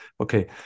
Okay